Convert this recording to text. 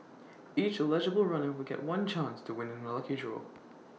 each eligible runner will get one chance to win in A lucky draw